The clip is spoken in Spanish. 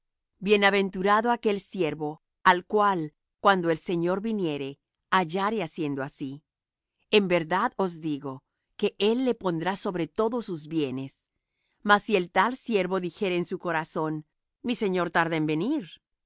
bienaventurado aquel siervo al cual cuando el señor viniere hallare haciendo así en verdad os digo que él le pondrá sobre todos sus bienes mas si el tal siervo dijere en su corazón mi señor tarda en venir